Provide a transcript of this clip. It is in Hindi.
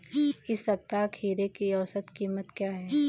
इस सप्ताह खीरे की औसत कीमत क्या है?